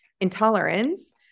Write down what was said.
intolerance